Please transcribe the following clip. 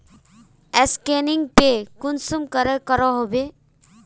Scanning पे कुंसम करे करो होबे?